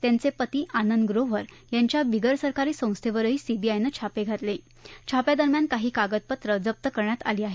त्यांचे पती आनंद ग्रोव्हर यांच्या बिगरसरकारी संस्थेवरही सीबीआयनं छापे घातले छाप्यादरम्यान काही कागदपत्रं जप्त करण्यात आली आहेत